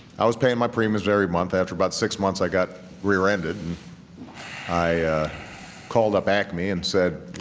i was paying my premiums every month. after about six months i got rear-ended and i called up acme and said,